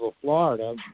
Florida